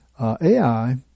AI